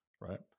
right